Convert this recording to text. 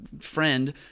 friend